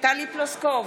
טלי פלוסקוב,